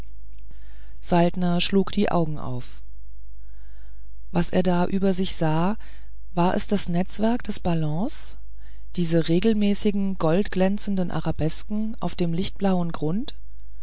saltner schlug die augen auf was er da über sich sah war es das netzwerk des ballons diese regelmäßigen goldglänzenden arabesken auf dem lichtblauen grund